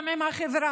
גם עם החברה.